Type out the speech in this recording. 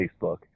Facebook